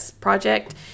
project